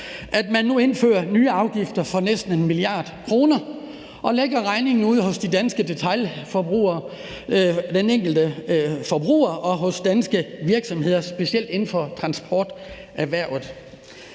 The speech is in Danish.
at man nu indfører nye afgifter for næsten 1 mia. kr. og lægger regningen ude hos den enkelte forbruger og hos de danske virksomheder, specielt inden for transporterhvervet.